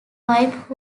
wife